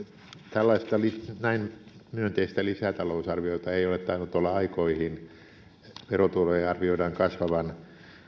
tällaista näin myönteistä lisätalousarviota ei ole tainnut olla aikoihin verotulojen arvioidaan kasvavan